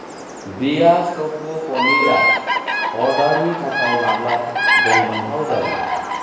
Breyers टफु पनिरआ अर्डारनि थाखाय माब्ला दंमोनथाव जागोन